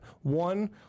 one